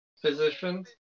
physicians